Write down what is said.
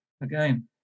again